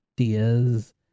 ideas